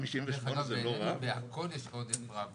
2050 בהכול יש עודף רב,